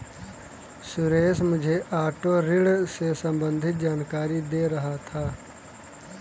सुरेश मुझे ऑटो ऋण से संबंधित जानकारी दे रहा था